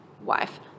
Wife